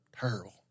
terrible